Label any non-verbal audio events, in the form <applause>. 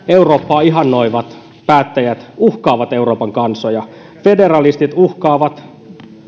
<unintelligible> eurooppaa ihannoivat päättäjät uhkaavat euroopan kansoja federalistit uhkaavat